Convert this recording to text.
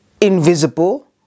invisible